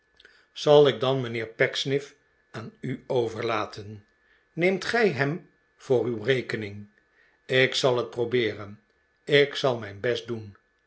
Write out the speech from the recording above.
zal ik dan mijnheer pecksniff aan u overlaten neemt gij hem voor uw rekening ik zal het probeeren ik zal mijn best doen